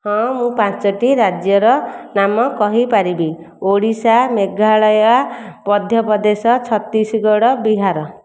ହଁ ମୁଁ ପାଞ୍ଚୋଟି ରାଜ୍ୟର ନାମ କହିପାରିବି ଓଡ଼ିଶା ମେଘାଳୟ ମଧ୍ୟପ୍ରଦେଶ ଛତିଶଗଡ଼ ବିହାର